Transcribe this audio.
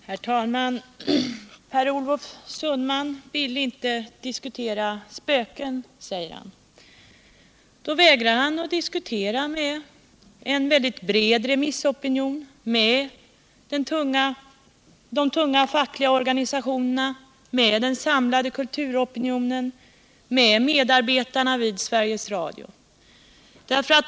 Herr talman! Per Olof Sundman vill inte diskutera spöken, säger han. Då vägrar han att diskutera med en väldigt bred remissopinion: med de tunga fackliga organisationerna, med den samlade kulturopinionen, med medarbetarna vid Sveriges Radio.